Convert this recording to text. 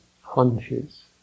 hunches